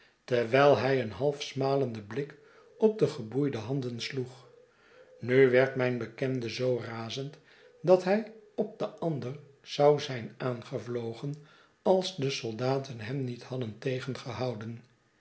terwijl hij een half smalenden blik op de geboeide handen sloeg nu werd mijn bekende zoo razend dat hij op den ander zou zijn aangevlogen als de soldaten hem niet hadden tegengehouden